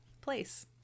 place